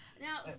Now